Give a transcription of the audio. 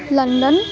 London